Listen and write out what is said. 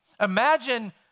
Imagine